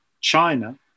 China